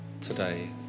today